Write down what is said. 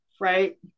right